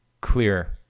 clear